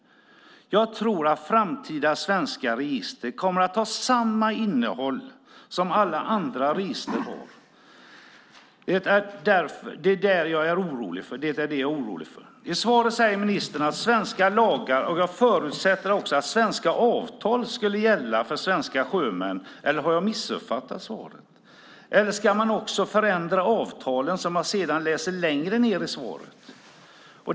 Jag tror att framtida svenska register kommer att ha samma innehåll som alla andra register har. Det är det jag är orolig för. I svaret säger ministern att svenska lagar ska gälla, och jag förutsätter att också svenska avtal ska gälla för svenska sjömän, eller har jag missuppfattat svaret? Eller ska man också förändra avtalen, som man kan läsa längre ned i svaret?